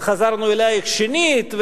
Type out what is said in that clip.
חזרנו אלייך שנית",